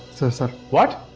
so sir. what!